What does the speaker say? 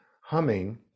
humming